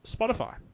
Spotify